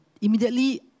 immediately